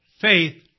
faith